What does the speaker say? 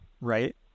right